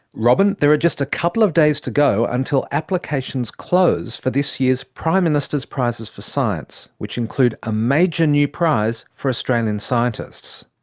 robyn, there are just a couple of days to go until applications close for this year's prime minister's prizes for science, which include a major new prize for australian scientists.